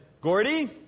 Gordy